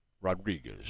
Rodriguez